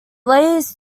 lays